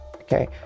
Okay